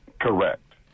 Correct